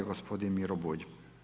Gospodin Miro Bulj.